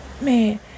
man